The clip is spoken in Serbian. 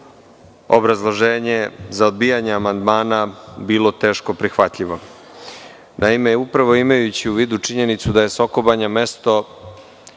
obrazloženje za odbijanje amandmana bilo teško prihvatljivo. Naime, upravo imajući u vidu činjenicu da je Soko Banja mesto